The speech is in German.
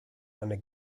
eine